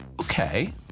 Okay